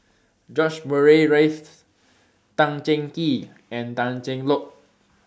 George Murray Reith Tan Cheng Kee and Tan Cheng Lock